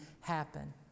happen